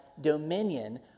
dominion